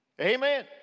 Amen